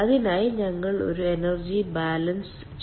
അതിനായി ഞങ്ങൾ ഒരു എനർജി ബാലൻസ് ചെയ്യും